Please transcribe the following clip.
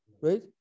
right